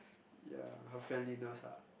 ya her friendliness ah